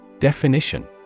Definition